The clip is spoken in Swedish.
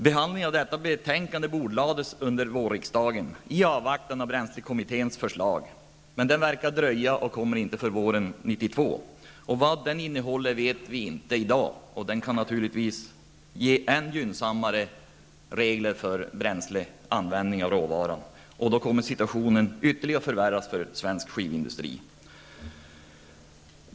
Behandlingen av detta betänkande bordlades av vårriksdagen i avvaktan på biobränslekommitténs förslag. Men det verkar dröja och lär inte komma förrän våren 1992. Vad resultatet kommer att bli vet vi inte i dag, och det kan förstås bli ännu gynnsammare regler för bränsleanvändning av råvara. I så fall kommer situationen ytterligare att förvärras för svensk skivindustri.